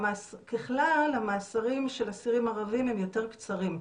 ככלל המאסרים של אסירים ערבים הם יותר קצרים.